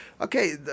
okay